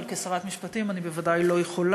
אבל כשרת המשפטים אני בוודאי לא יכולה,